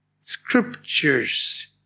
scriptures